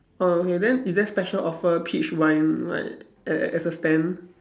oh okay then is there special offer peach wine like a~ as a stand